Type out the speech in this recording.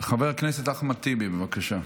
חבר הכנסת אחמד טיבי, בבקשה.